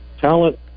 talent